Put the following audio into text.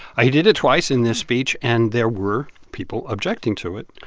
he did it twice in this speech, and there were people objecting to it.